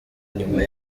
nyuma